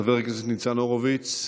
חבר הכנסת ניצן הורוביץ,